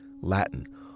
latin